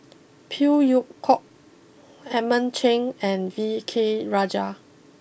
Phey Yew Kok Edmund Cheng and V K Rajah